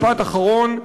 משפט אחרון.